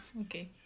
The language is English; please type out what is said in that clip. Okay